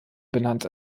benannt